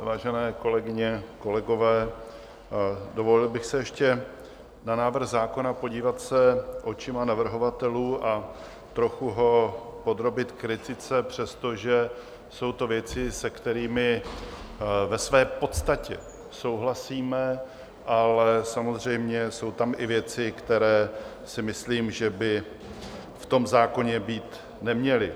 Vážené kolegyně, kolegové, dovolil bych se ještě na návrh zákona podívat očima navrhovatelů a trochu ho podrobit kritice, přestože jsou to věci, se kterými ve své podstatě souhlasíme, ale samozřejmě jsou tam i věci, které si myslím, že by v tom zákoně být neměly.